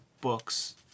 books